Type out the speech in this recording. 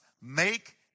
Make